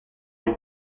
une